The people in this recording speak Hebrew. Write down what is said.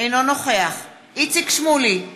אינו נוכח איציק שמולי,